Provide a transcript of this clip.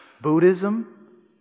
Buddhism